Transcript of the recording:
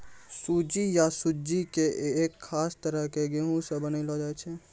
सूजी या सुज्जी कॅ एक खास तरह के गेहूँ स बनैलो जाय छै